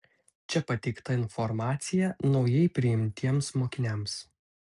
čia pateikta informacija naujai priimtiems mokiniams